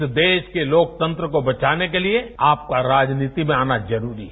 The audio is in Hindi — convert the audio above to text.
इस देश के लोकतंत्र को बचाने के लिए आपका राजनीति में आना जरूरी है